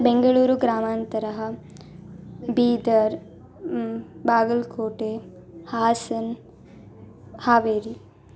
बेङ्गळूरुग्रामान्तरः Bidar Bagalkote Hassan Haveri